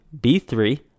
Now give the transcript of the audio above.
B3